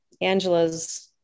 Angela's